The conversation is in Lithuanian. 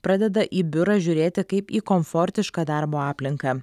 pradeda į biurą žiūrėti kaip į komfortišką darbo aplinką